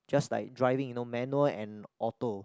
just like driving you know manual and auto